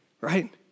Right